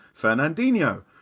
Fernandinho